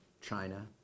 China